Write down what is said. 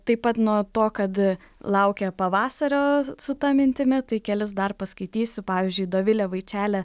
taip pat nuo to kad laukia pavasario su ta mintimi tai kelis dar paskaitysiu pavyzdžiui dovilė vaičelė